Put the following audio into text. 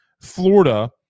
Florida